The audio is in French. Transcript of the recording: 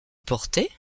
portaient